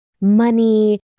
money